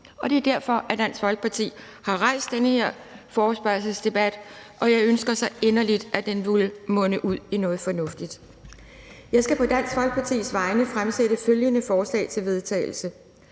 Og det er derfor, at Dansk Folkeparti har rejst den her forespørgselsdebat, og jeg ønsker så inderligt, at den vil munde ud i noget fornuftigt. Jeg skal på Dansk Folkepartis vegne fremsætte følgende: Forslag til vedtagelse